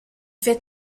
fais